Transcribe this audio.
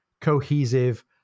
cohesive